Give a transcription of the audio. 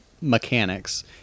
mechanics